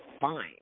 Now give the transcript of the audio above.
fine